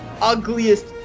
ugliest